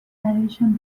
برایشان